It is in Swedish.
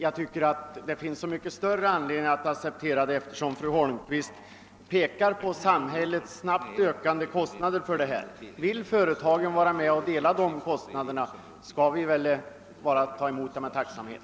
Jag tycker det finns så mycket större anledning att göra det med hänsyn till vad fru Holmqvist framhöll om samhällets snabbt ökande kostnader för utbildning. Om företagen vill vara med och dela på de kostnaderna, så skall vi väl hälsa det med tacksamhet.